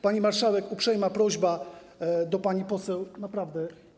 Pani marszałek, jest uprzejma prośba do pani poseł, naprawdę.